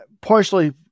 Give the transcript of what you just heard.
partially